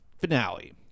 finale